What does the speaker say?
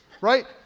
Right